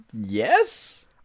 yes